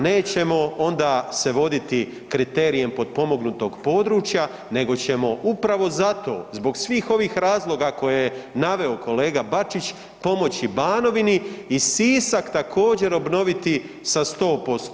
Nećemo onda se voditi kriterijem potpomognutog područja nego ćemo upravo zato, zbog svih ovih razloga koje je naveo kolega Bačić pomoći Banovini i Sisak također, obnoviti sa 100%